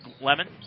Lemon